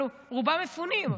אבל רובם מפונים.